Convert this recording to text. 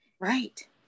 right